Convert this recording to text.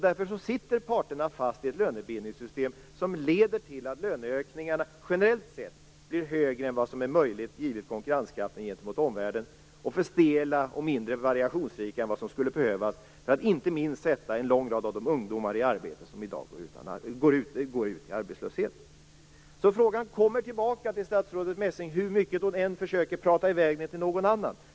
Därför sitter parterna fast i ett lönebildningssystem som leder till att löneökningarna generellt sett blir högre än vad som är möjligt givet konkurrenskraften gentemot omvärlden. Och det är för stelt och mindre variationsrikt än vad som skulle behövas inte minst för att sätta en lång rad av de ungdomar i arbete som i dag går ut i arbetslöshet. Frågan kommer alltså tillbaka till statsrådet Messing hur mycket hon än försöker prata iväg den till någon annan.